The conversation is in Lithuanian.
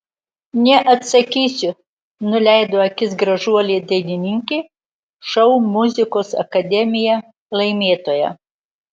neatsakysiu nuleido akis gražuolė dainininkė šou muzikos akademija laimėtoja